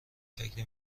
فکری